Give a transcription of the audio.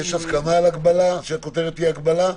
יש הסכמה שהכותרת תהיה "הגבלה"?